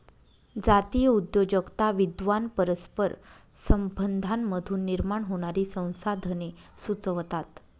जातीय उद्योजकता विद्वान परस्पर संबंधांमधून निर्माण होणारी संसाधने सुचवतात